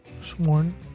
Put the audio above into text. sworn